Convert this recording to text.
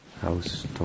house